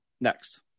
next